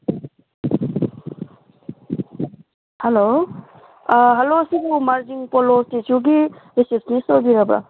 hello hello ꯁꯤꯕꯨ ꯃꯥꯔꯖꯤꯡ ꯄꯣꯂꯣ ꯏꯁꯇꯦꯆꯨꯒꯤ ꯔꯤꯁꯦꯞꯁꯅꯤꯁ ꯑꯣꯏꯕꯤꯔꯕ꯭ꯔꯥ